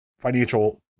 financial